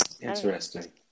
Interesting